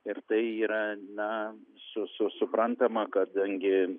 ir tai yra na su su suprantama kadangi